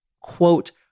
Quote